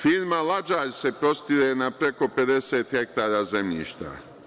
Firma „Lađar“ se prostire na preko 50 hektara zemljišta.